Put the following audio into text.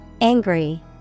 Angry